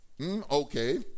Okay